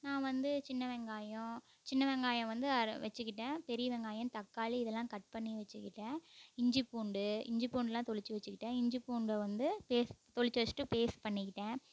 நான் வந்து சின்ன வெங்காயம் சின்ன வெங்காயம் வந்து அ வச்சிக்கிட்டேன் பெரிய வெங்காயம் தக்காளி இதெல்லாம் கட் பண்ணி வச்சிக்கிட்டேன் இஞ்சி பூண்டு இஞ்சி பூண்டுலாம் தொளிச்சி வச்சிக்கிட்டேன் இஞ்சி பூண்டை வந்து பேஸ்ட் தொளிச்சி வச்சிட்டு பேஸ்ட் பண்ணிக்கிட்டேன்